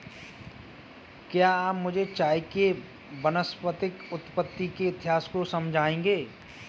क्या आप मुझे चाय के वानस्पतिक उत्पत्ति के इतिहास को समझाएंगे?